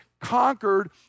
conquered